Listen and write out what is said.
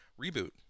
Reboot